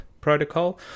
protocol